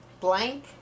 blank